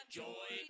joy